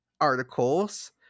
articles –